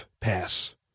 Pass